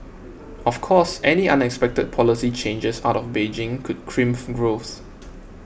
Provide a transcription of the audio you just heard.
of course any unexpected policy changes out of Beijing could crimp growth